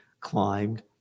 climbed